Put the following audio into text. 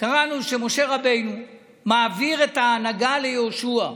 קראנו שמשה רבנו מעביר את ההנהגה ליהושע,